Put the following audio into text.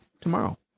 tomorrow